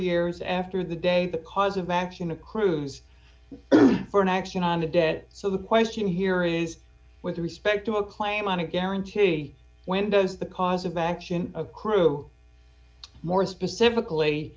years after the date the cause of action accrues for an action on the debt so the question here is with respect to a claim on a guarantee when does the cause of action accrue more specifically